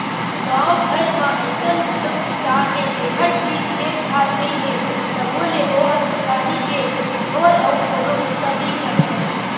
गाँव घर म अइसन घलोक किसान हे जेखर तीर खेत खार नइ हे तभो ले ओ ह किसानी के छोर अउ कोनो बूता नइ करय